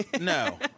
no